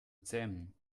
zähmen